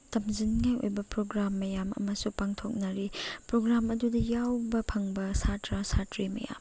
ꯇꯝꯖꯅꯤꯡꯉꯥꯏ ꯑꯣꯏꯕ ꯄ꯭ꯔꯣꯒꯥꯝ ꯃꯌꯥꯝ ꯑꯃꯁꯨ ꯄꯥꯡꯊꯣꯛꯅꯔꯤ ꯄ꯭ꯔꯣꯒꯥꯝ ꯑꯗꯨꯗ ꯌꯥꯎꯕ ꯐꯪꯕ ꯁꯥꯇ꯭ꯔꯥ ꯁꯥꯇ꯭ꯔꯤ ꯃꯌꯥꯝ